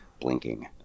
blinking